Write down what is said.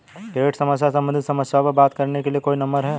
Credit card सम्बंधित समस्याओं पर बात करने के लिए कोई नंबर है?